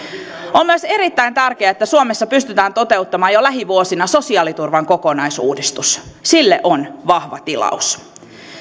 on myös erittäin tärkeää että suomessa pystytään toteuttamaan jo lähivuosina sosiaaliturvan kokonaisuudistus sille on vahva tilaus